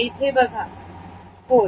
येथे बघा होय